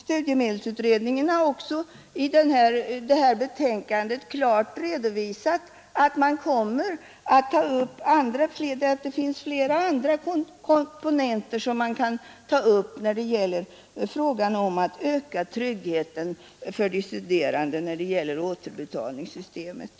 Studiemedelsutredningen har också i sitt betänkande klart redovisat att man kommer att ta upp flera andra komponenter för att öka tryggheten för de studerande när det gäller återbetalningssystemet.